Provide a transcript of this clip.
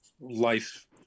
life